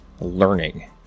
learning